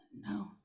No